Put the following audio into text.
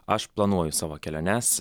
aš planuoju savo keliones